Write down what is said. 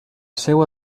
seua